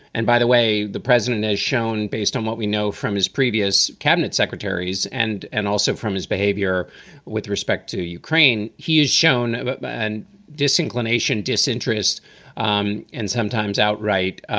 and by the way, the president has shown, based on what we know from his previous cabinet secretaries and and also from his behavior with respect to ukraine, he has shown but an disinclination, disinterest um and sometimes outright